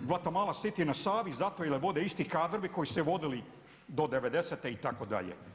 Guatemala city na Savi zato jer je vode isti kadrovi koji su je vodili do 90.te itd.